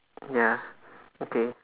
ya okay